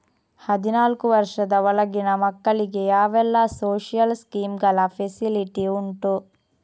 ಹದಿನಾಲ್ಕು ವರ್ಷದ ಒಳಗಿನ ಮಕ್ಕಳಿಗೆ ಯಾವೆಲ್ಲ ಸೋಶಿಯಲ್ ಸ್ಕೀಂಗಳ ಫೆಸಿಲಿಟಿ ಉಂಟು?